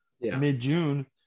mid-June